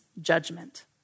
judgment